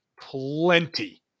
plenty